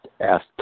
asked